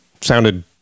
sounded